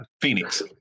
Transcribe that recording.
Phoenix